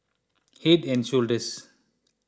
Head and Shoulders